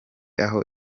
aho